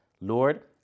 Lord